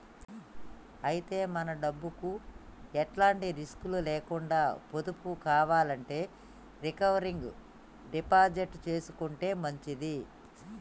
అయితే మన డబ్బుకు ఎలాంటి రిస్కులు లేకుండా పొదుపు కావాలంటే రికరింగ్ డిపాజిట్ చేసుకుంటే మంచిది